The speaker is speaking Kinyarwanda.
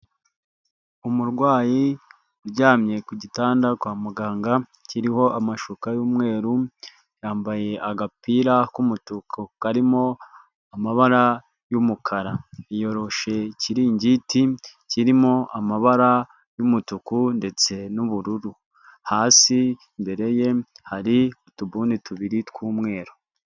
Umurwayi uryamye ku gitanda kwa muganga kiriho amashuka y'umweru yambaye agapira k'umutuku karimo amabara y'umukara yiyoroshe ikiringiti kirimo amabara y'umutuku ndetse n'ubururu, hasi imbere ye hari utubuni tubiri tw'umweru.